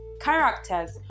characters